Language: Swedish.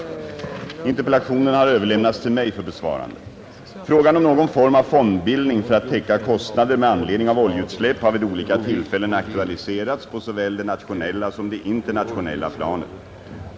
Interpellationen har överlämnats till mig för besvarande. Frågan om någon form av fondbildning för att täcka kostnader med anledning av oljeutsläpp har vid olika tillfällen aktualiserats på såväl det nationella som det internationella planet.